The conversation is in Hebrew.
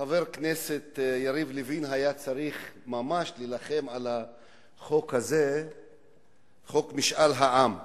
חבר כנסת יריב לוין היה צריך ממש להילחם על חוק משאל העם,